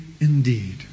indeed